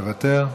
מוותר,